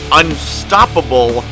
unstoppable